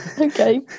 Okay